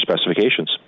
specifications